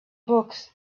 books